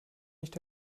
nicht